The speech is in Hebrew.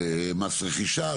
מס רכישה,